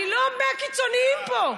אני לא מהקיצוניים פה.